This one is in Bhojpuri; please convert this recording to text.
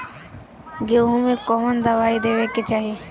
गेहूँ मे कवन दवाई देवे के चाही?